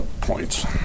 points